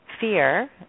fear